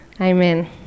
Amen